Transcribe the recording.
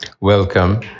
Welcome